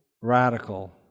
radical